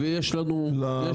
ויש לנו היום,